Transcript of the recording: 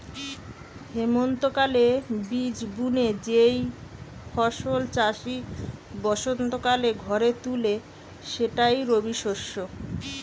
হেমন্তকালে বীজ বুনে যেই ফসল চাষি বসন্তকালে ঘরে তুলে সেটাই রবিশস্য